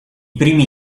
primi